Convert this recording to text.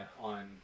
on